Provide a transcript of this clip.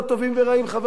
חבר הכנסת ארדן,